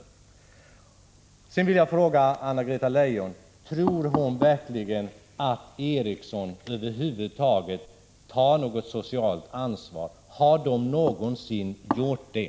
Jag vill till slut fråga Anna-Greta Leijon om hon verkligen tror att Ericssons över huvud taget tar något socialt ansvar. Har företaget någonsin gjort det?